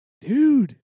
dude